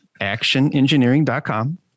ActionEngineering.com